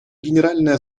генеральная